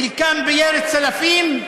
חלקם בירי צלפים,